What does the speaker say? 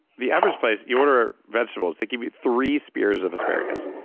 the average place, you order ah vegetables, they give you three spears of asparagus.